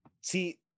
See